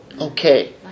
Okay